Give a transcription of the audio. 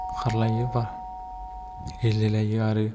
खारलायोबा गेलेलायो आरो